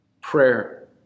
Prayer